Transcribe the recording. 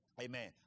Amen